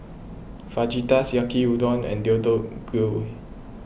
Fajitas Yaki Udon and Deodeok Gui